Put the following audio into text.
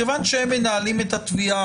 מכיוון שרשות המיסים מנהלת את התביעה